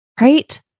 right